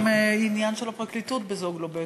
יש גם עניין של הפרקליטות ב"זוגלובק",